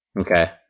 Okay